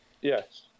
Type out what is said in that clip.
Yes